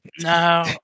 No